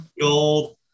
gold